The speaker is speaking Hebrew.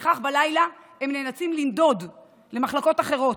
ולפיכך בלילה הם נאלצים 'לנדוד' למחלקות אחרות,